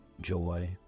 joy